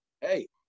hey